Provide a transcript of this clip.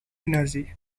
energy